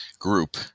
Group